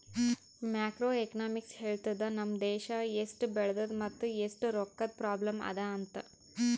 macro economics ಹೇಳ್ತುದ್ ನಮ್ ದೇಶಾ ಎಸ್ಟ್ ಬೆಳದದ ಮತ್ ಎಸ್ಟ್ ರೊಕ್ಕಾದು ಪ್ರಾಬ್ಲಂ ಅದಾ ಅಂತ್